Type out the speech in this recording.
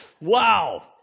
Wow